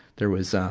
there was,